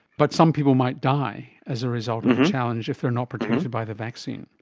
but some people might die as a result of challenge if they're not protected by the vaccine.